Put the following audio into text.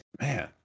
man